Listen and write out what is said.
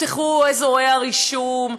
אף שנפתחו אזורי הרישום,